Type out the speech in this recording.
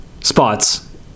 spots